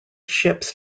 ships